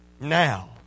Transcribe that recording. now